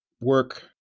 work